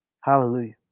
Hallelujah